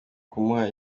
kumuha